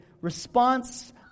response